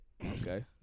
Okay